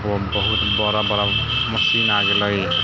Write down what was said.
बहुत बड़ा बड़ा मशीन आ गेलै